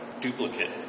duplicate